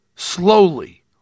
Slowly